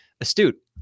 astute